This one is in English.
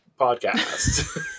Podcast